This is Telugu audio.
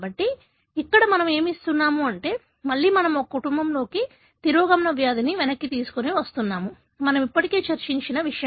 కాబట్టి ఇక్కడ మనము ఏమి ఇస్తున్నాము అంటే మళ్లీ మనం ఒక కుటుంబంలో తిరోగమన వ్యాధిని వెనక్కి తీసుకువస్తున్నాము మనము ఇప్పటికే చర్చించిన విషయం